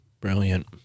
Brilliant